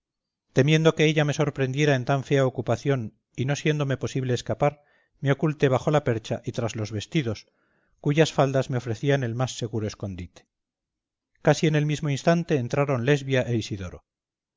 temiendo que ella me sorprendiera en tan fea ocupación y no siéndome posible escapar me oculté bajo la percha y tras los vestidos cuyas faldas me ofrecían el más seguro escondite casi en el mismo instante entraron lesbia e isidoro